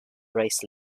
rice